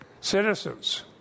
citizens